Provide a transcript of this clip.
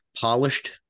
polished